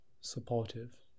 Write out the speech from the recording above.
supportive